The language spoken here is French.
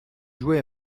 jouait